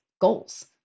goals